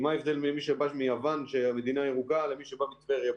כי מה ההבדל בין מי שבא מיוון שהיא מדינה ירוקה למי שבא מטבריה?